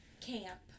camp